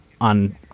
on